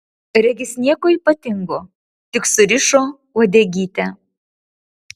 regis nieko ypatingo tik surišo uodegytę